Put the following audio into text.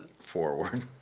forward